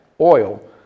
oil